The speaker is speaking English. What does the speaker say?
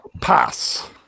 Pass